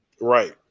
right